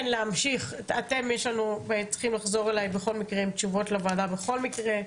אתם צריכים לחזור עם תשובות לוועדה בכל מקרה,